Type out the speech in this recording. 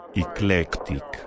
eclectic